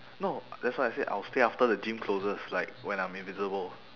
no that's why I say I will stay after the gym closes like when I'm invisible